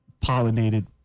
pollinated